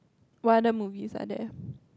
what other movies are there